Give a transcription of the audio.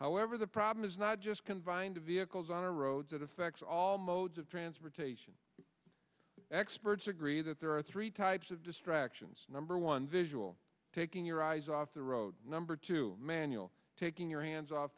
however the problem is not just confined to vehicles on our roads it affects all modes of transportation experts agree that there are three types of distractions number one visual taking your eyes off the road number two manual taking your hands off